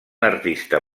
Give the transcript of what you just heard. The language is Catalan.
artista